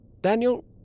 Daniel